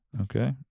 Okay